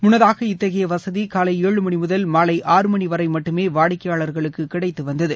முன்னதாக இத்தகைய வசதி காலை ஏழு மணி முதல் மாலை ஆறு மணி வரை மட்டுமே வாடிக்கைபாளர்களுக்கு கிடைத்து வந்தது